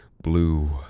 blue